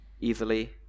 easily